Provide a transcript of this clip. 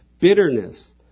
bitterness